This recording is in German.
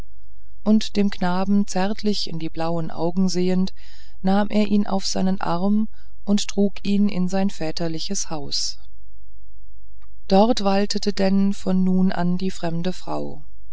und dem knaben zärtlich in die blauen augen sehend nahm er ihn auf seinen arm und trug ihn in sein väterliches haus dort waltete denn von nun an die fremde frau